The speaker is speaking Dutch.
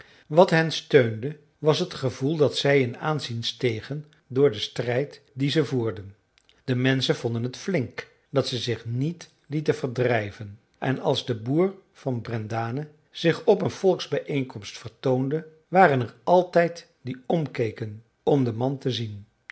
wat hen steunde was het gevoel dat zij in aanzien stegen door den strijd dien ze voerden de menschen vonden het flink dat ze zich niet lieten verdrijven en als de boer van brendane zich op een volksbijeenkomst vertoonde waren er altijd die omkeken om den man te zien